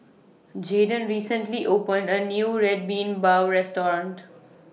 Jayden recently opened A New Red Bean Bao Restaurant